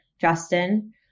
Justin